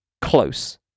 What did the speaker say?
close